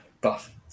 buff